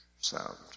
sound